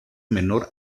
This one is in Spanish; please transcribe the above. menor